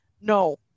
no